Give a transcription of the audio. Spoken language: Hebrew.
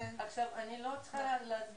אני לא צריכה לומר